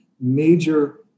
major